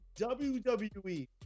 WWE